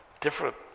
different